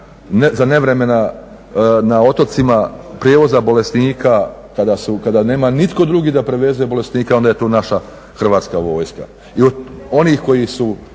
za nevremena na otocima, prijevoza bolesnika kada nema nitko drugi da preveze bolesnika onda je tu naša Hrvatska vojska.